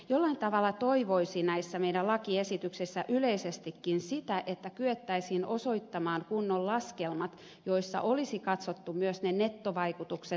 jollain tavalla toivoisi näissä meidän lakiesityksissämme yleisestikin sitä että kyettäisiin osoittamaan kunnon laskelmat joissa olisi katsottu myös nettovaikutukset